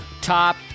Top